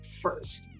first